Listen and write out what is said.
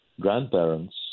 grandparents